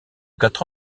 quatre